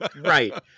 Right